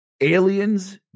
aliens